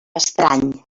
estrany